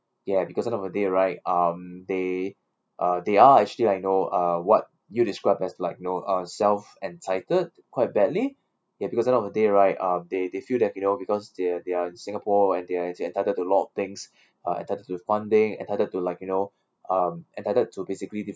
ya because end of a day right um they uh they are actually like you know uh what you described as like know uh self-entitled quite badly ya because end of the day right um they they feel that you know because they're they're in singapore and they are title to a lot of things are entitled to one thing entitled to like you know um entitled to basically different